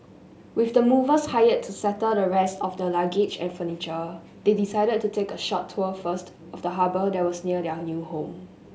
with the movers hired to settle the rest of their luggage and furniture they decided to take a short tour first of the harbour that was near their new home